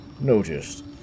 noticed